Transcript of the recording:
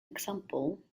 example